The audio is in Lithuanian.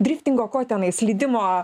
driftingo ko tenai slydimo